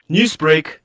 Newsbreak